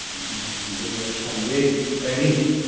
हम बोलिए अच्छा विवेक कर्नी